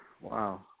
Wow